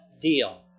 deal